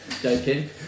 Joking